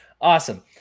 Awesome